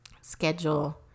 schedule